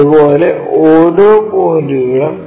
അതുപോലെ ഓരോ പോയിന്റുകളും